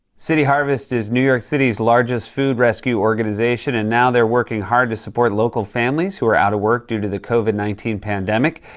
city harvest is new york city's largest food rescue organization, and now they're working hard to support local families who are out of work due to covid nineteen pandemic.